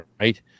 right